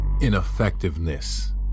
ineffectiveness